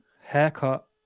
haircut